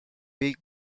pig